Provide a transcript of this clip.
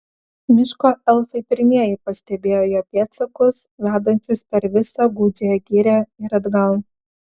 miško elfai pirmieji pastebėjo jo pėdsakus vedančius per visą gūdžiąją girią ir atgal